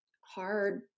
hard